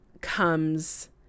comes